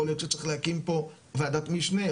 יכול להיות שצריך להקים פה ועדת משנה.